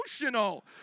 emotional